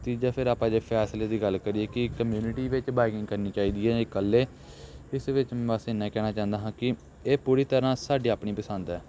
ਤੀਜਾ ਫਿਰ ਆਪਾਂ ਜੇ ਫੈਸਲੇ ਦੀ ਗੱਲ ਕਰੀਏ ਕਿ ਕਮਿਊਨਿਟੀ ਵਿੱਚ ਬਾਈਕਿੰਗ ਕਰਨੀ ਚਾਹੀਦੀ ਹੈ ਇਕੱਲੇ ਇਸ ਵਿੱਚ ਬਸ ਇੰਨਾ ਕਹਿਣਾ ਚਾਹੁੰਦਾ ਹਾਂ ਕਿ ਇਹ ਪੂਰੀ ਤਰ੍ਹਾਂ ਸਾਡੀ ਆਪਣੀ ਪਸੰਦ ਹੈ